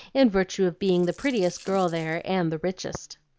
in virtue of being the prettiest girl there and the richest.